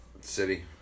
City